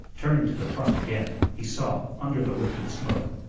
turning to the front again he saw, under the lifted smoke,